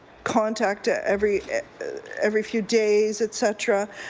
contact ah every every few days, et cetera.